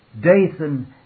Dathan